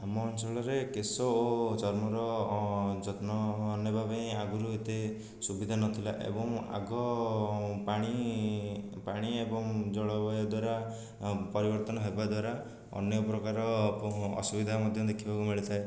ଆମ ଅଞ୍ଚଳରେ କେଶ ଓ ଚର୍ମର ଯତ୍ନ ନେବା ପାଇଁ ଆଗରୁ ଏତେ ସୁବିଧା ନଥିଲା ଏବଂ ଆଗ ପାଣି ପାଣି ଏବଂ ଜଳବାୟୁ ଦ୍ୱାରା ପରିବର୍ତ୍ତନ ହେବାଦ୍ଵାରା ଅନ୍ୟ ପ୍ରକାର ଅପ ଅସୁବିଧା ମଧ୍ୟ ଦେଖିବାକୁ ମିଳିଥାଏ